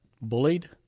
bullied